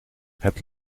het